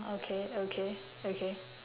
okay okay okay